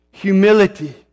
Humility